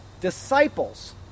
disciples